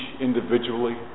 individually